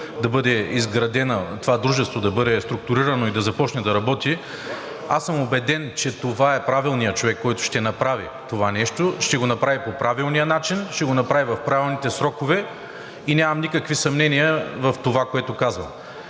спешна нужда това дружество да бъде структурирано и да започне да работи, аз съм убеден, че това е правилният човек, който ще направи това нещо. Ще го направи по правилния начин, ще го направи в правилните срокове и нямам никакви съмнения в това, което казвам.